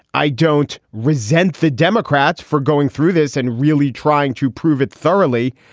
i don't resent the democrats for going through this and really trying to prove it thoroughly.